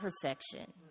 perfection